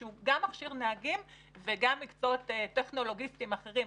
שהיא גם מכשירה נהגים וגם מקצועות טכנולוגיסטיים אחרים,